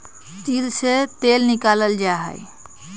तिल से तेल निकाल्ल जाहई